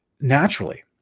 naturally